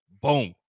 Boom